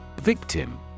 Victim